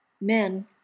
Men